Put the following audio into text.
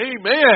Amen